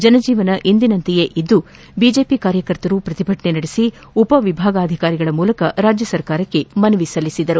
ಜನಜೀವನ ಎಂದಿನಂತೆಯೇ ಇದ್ದು ಬಿಜೆಪಿ ಕಾರ್ಯಕರ್ತರು ಪ್ರತಿಭಟನೆ ನಡೆಸಿ ಉಪವಿಭಾಗಾಧಿಕಾರಿಗಳ ಮೂಲಕ ರಾಜ್ಯ ಸರ್ಕಾರಕ್ಕೆ ಮನವಿ ಸಲ್ಲಿಸಿದರು